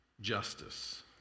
justice